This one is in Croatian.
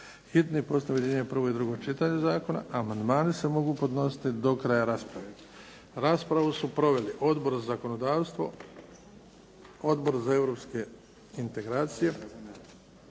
hitni postupak objedinjuje prvo i drugo čitanje zakona. Amandmani se mogu podnositi do kraja rasprave. Raspravu su proveli Odbor za zakonodavstvo, Odbor za europske integracije